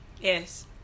Yes